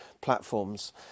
platforms